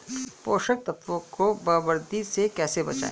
पोषक तत्वों को बर्बादी से कैसे बचाएं?